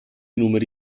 numeri